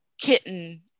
kitten